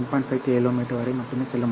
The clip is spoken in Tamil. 5 km வரை மட்டுமே செல்ல முடியும்